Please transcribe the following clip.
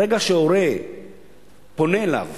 ברגע שהורה פונה אליו